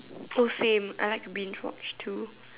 oh same I like to binge watch too